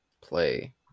play